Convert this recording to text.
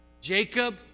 Jacob